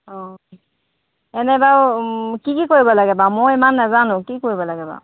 অঁ এনে বাৰু কি কি কৰিব লাগে বাৰু মই ইমান নেজানো কি কৰিব লাগে বাৰু